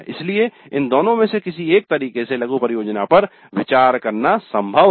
इसलिए इन दोनों में से किसी एक तरीके से लघु परियोजना पर विचार करना संभव है